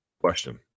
question